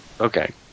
Okay